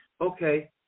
okay